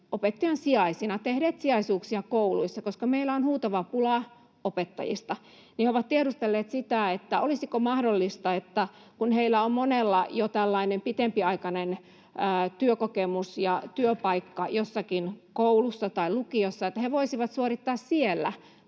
opettajan sijaisina, tehneet sijaisuuksia kouluissa, koska meillä on huutava pula opettajista. He ovat tiedustelleet sitä, olisiko mahdollista, kun heillä on monella jo tällainen pitempiaikainen työkokemus ja työpaikka jossakin koulussa tai lukiossa, että he voisivat suorittaa siellä